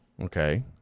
okay